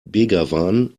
begawan